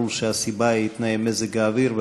ברור שהסיבה היא תנאי מזג האוויר,